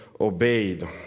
obeyed